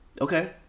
Okay